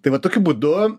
tai va tokiu būdu